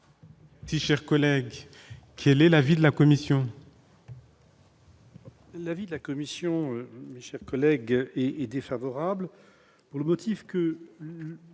par mes collègues. Quel est l'avis de la commission ?